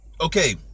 Okay